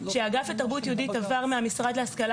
שהאגף לתרבות יהודית עבר מהמשרד להשכלה